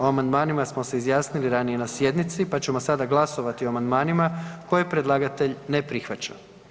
O amandmanima smo se izjasnili ranije na sjednici pa ćemo sada glasovati o amandmanima koje predlagatelj ne prihvaća.